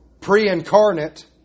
pre-incarnate